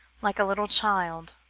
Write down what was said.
like a little child,